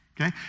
okay